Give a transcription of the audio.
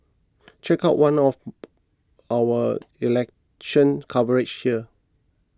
check out one of our election coverage here